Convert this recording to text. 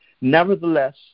Nevertheless